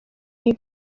iyi